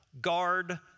guard